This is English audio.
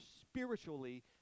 spiritually